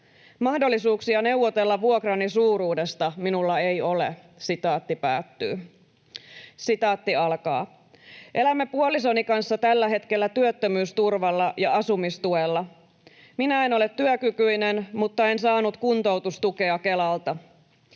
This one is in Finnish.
Mahdollisuuksia neuvotella vuokrani suuruudesta minulla ei ole.” ”Elämme puolisoni kanssa tällä hetkellä työttömyysturvalla ja asumistuella. Minä en ole työkykyinen, mutta en saanut kuntoutustukea Kelalta.